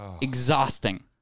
Exhausting